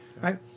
Right